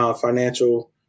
financial